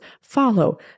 follow